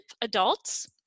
adults